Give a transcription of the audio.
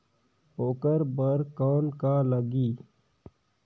ओकर बर कौन का लगी?